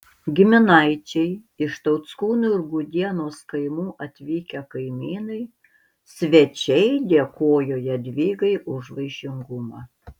giminaičiai iš tauckūnų ir gudienos kaimų atvykę kaimynai svečiai dėkojo jadvygai už vaišingumą